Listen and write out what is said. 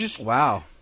Wow